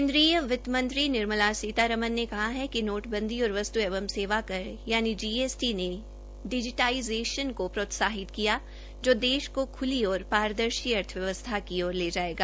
केन्द्रीय वितमंत्री निर्मला सीतामरण ने कहा है कि नोटबंदी और वस्तू एवं सेवाकर यानि जीएसटी ने डिजीटाईजेंश्न को प्रोत्साहित किया जो देश को खुली और पारदर्शी अर्थव्यवस्था की ओर ले जायेगा